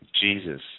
Jesus